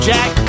Jack